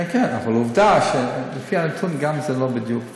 כן, כן, אבל עובדה, לפי הנתון גם זה לא בדיוק.